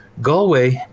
Galway